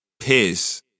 Piss